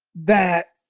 that